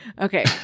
Okay